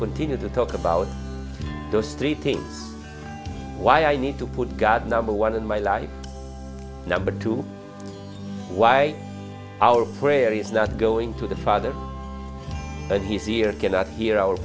continue to talk about those three things why i need to put god number one in my life number two why our prayer is not going to the father but he see or cannot hear our